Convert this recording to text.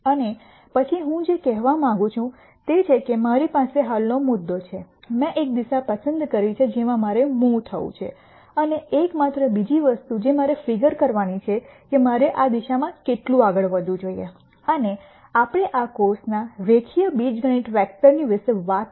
અને પછી હું જે કહેવા માંગું છું તે છે કે મારી પાસે હાલનો મુદ્દો છે મેં એક દિશા પસંદ કરી છે જેમાં મારે મુવ થવું છે અને એક માત્ર બીજી વસ્તુ જે મારે ફિગર કરવાની છે કે મારે આ દિશામાં કેટલું આગળ વધવું જોઈએ અને આપણે આ કોર્સના રેખીય બીજગણિત વેક્ટરની વિશે વાત કરી